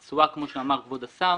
והתשואה, כמו שאמר כבוד השר,